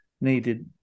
needed